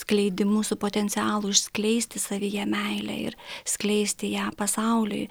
skleidimu su potencialu išskleisti savyje meilę ir skleisti ją pasauliui